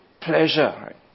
pleasure